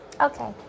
Okay